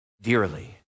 dearly